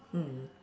mm